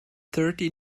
thirty